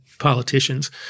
Politicians